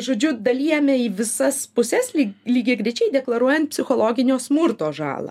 žodžiu dalijame į visas puses lyg lygiagrečiai deklaruojant psichologinio smurto žalą